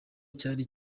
cyari